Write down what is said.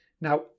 Now